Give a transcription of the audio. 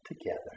together